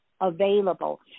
available